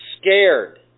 scared